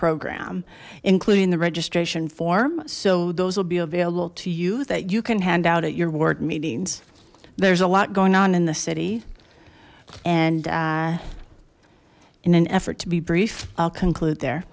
program including the registration form so those will be available to you that you can hand out at your ward meetings there's a lot going on in the city and in an effort to be brief i'll conclude there